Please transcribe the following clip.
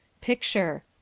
Picture